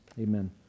Amen